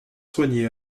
soigné